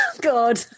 God